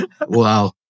Wow